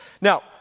Now